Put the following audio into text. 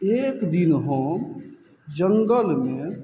एक दिन हम जङ्गलमे